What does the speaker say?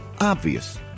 obvious